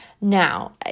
Now